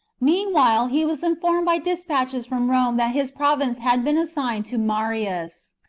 meanwhile he was informed by despatches from rome that his province had been assigned to marius,